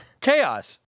chaos